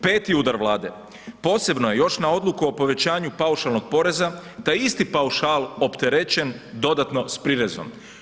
5. udar Vlade, posebno je još na Odluku o povećanju paušalnog poreza, taj isti paušal opterećen dodatno s prirezom.